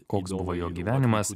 koks buvo jo gyvenimas